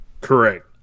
Correct